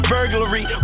Burglary